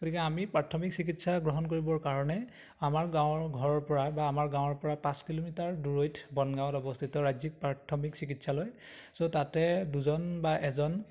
গতিকে আমি প্ৰাথমিক চিকিৎসা গ্ৰহণ কৰিবৰ কাৰণে আমাৰ গাঁৱৰ ঘৰৰপৰা বা আমাৰ গাঁৱৰপৰা পাঁচ কিলোমিটাৰ দূৰৈত বনগাঁৱত অৱস্থিত ৰাজ্যিক প্ৰাথমিক চিকিৎসালয় চ' তাতে দুজন বা এজন